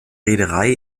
reederei